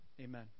Amen